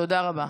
תודה רבה.